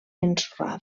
ensorrada